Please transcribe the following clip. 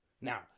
Now